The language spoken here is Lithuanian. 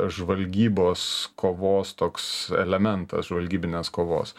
žvalgybos kovos toks elementas žvalgybinės kovos